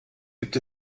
gibt